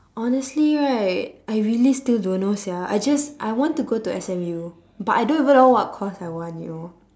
honestly right I really still don't know sia I just I want to go to S_M_U but I don't even know what course I want you know